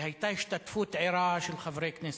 היתה השתתפות ערה של חברי הכנסת,